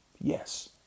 Yes